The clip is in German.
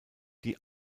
die